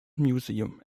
museum